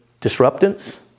disruptance